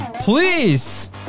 please